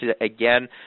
again